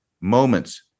moments